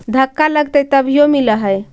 धक्का लगतय तभीयो मिल है?